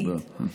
תודה.